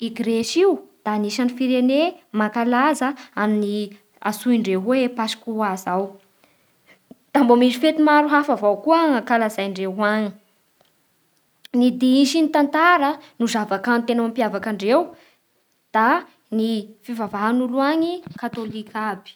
I Gresy io da anisan'ny firene mampalaza an'izao antsoindreo hoe paskua zao Da mbo misy fety maro hafa avao koa ankalazandreo any Ny dihy sy ny tantara no tena mapiavaky andreo Da ny fivavahan'olo any katôloka iaby